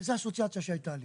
וזו האסוציאציה שהייתה לי.